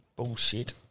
Bullshit